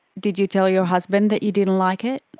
did you tell your husband that you didn't like it?